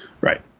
Right